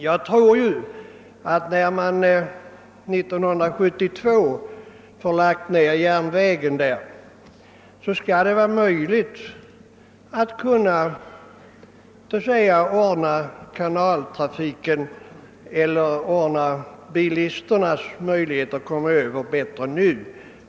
Jag tror att när man 1972 har lagt ned järnvägen skall man kunna ordna bilisternas möjligheter att komma över bättre än nu.